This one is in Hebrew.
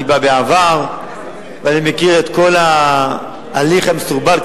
בעבר ואני מכיר את כל ההליך המסורבל,